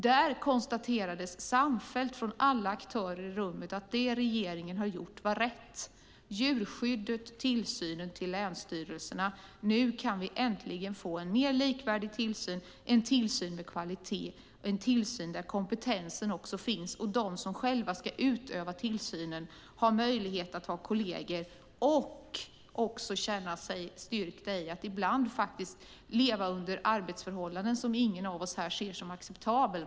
Där konstaterades samfällt av alla aktörer i rummet att det regeringen har gjort var rätt, nämligen att föra över djurskyddet och tillsynen till länsstyrelserna. Nu kan vi äntligen få en mer likvärdig tillsyn med kvalitet och tillsyn där kompetensen också finns. De som själva ska utöva tillsynen har möjlighet att ha kolleger och kan känna sig styrkta i att ibland leva under arbetsförhållanden som ingen av oss här ser som acceptabla.